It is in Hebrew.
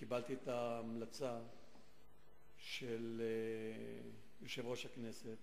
קיבלתי את ההמלצה של יושב-ראש הכנסת,